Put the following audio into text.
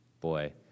boy